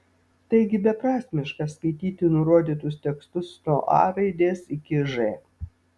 taigi beprasmiška skaityti nurodytus tekstus nuo a raidės iki ž